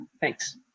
thanks